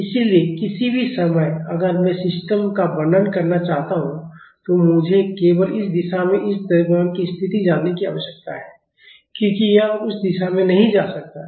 इसलिए किसी भी समय अगर मैं सिस्टम का वर्णन करना चाहता हूं तो मुझे केवल इस दिशा में इस द्रव्यमान की स्थिति जानने की आवश्यकता है क्योंकि यह उस दिशा में नहीं जा सकता है